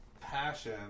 passion